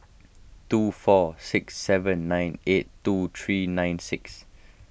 two four six seven nine eight two three nine six